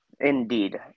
Indeed